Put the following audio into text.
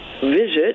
visit